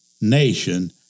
nation